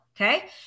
Okay